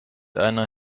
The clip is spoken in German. einer